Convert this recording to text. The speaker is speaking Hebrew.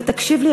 ותקשיב לי,